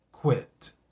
Quit